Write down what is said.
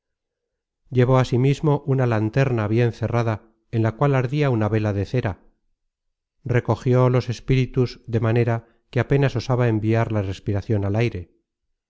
á propósito llevó asimismo una lanterna bien cerrada en la cual ardia una vela de cera recogió los espíritus de manera que apenas osaba enviar la respiracion al aire